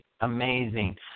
amazing